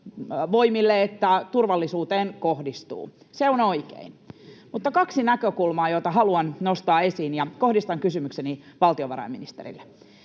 Puolustusvoimille että turvallisuuteen. Se on oikein. Mutta on kaksi näkökulmaa, joita haluan nostaa esiin, ja kohdistan kysymykseni valtiovarainministerille.